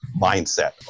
mindset